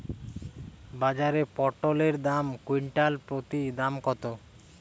বাজারে পটল এর কুইন্টাল প্রতি দাম কত?